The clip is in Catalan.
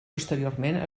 posteriorment